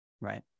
right